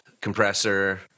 compressor